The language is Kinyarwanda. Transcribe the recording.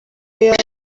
yaba